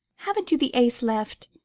haven't you the ace left?